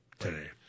today